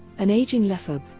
an aging lefebve,